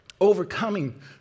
Overcoming